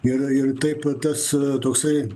ir ir taip tas toksai